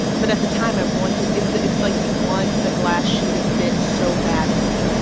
but at the time, i wanted it's it's like you want the glass shoe to fit so badly.